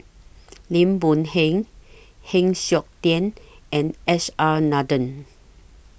Lim Boon Heng Heng Siok Tian and S R Nathan